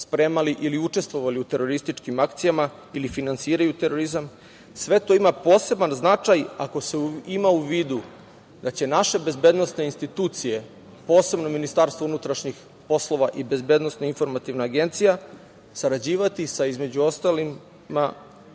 spremali ili učestovali u terorističkim akcijama ili finansiraju terorizam. Sve to ima poseban značaj ako se ima u vidu da će naše bezbednosne institucije, posebno Ministarstvo unutrašnjih poslova i Bezbednosno-informativna agencija, sarađivati sa, između ostalih,